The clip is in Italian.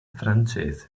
francese